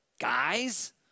Guys